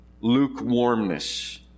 Lukewarmness